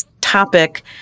topic